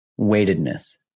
weightedness